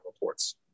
reports